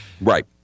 right